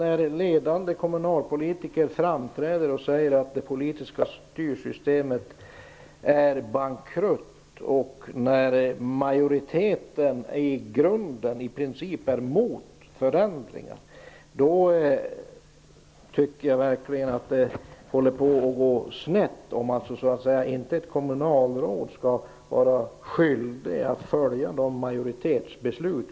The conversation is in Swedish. När ledande kommunalpolitiker framträder och säger att det politiska styrsystemet är bankrutt och när majoriteten i grunden är emot förändringar, håller det verkligen på att gå snett. Ett kommunalråd skall ha skyldighet att följa majoritetsbeslut.